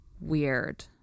weird